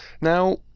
now